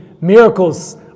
miracles